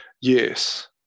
Yes